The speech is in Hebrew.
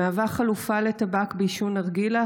היא חלופה לטבק בעישון נרגילה,